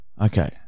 Okay